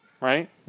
right